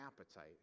appetite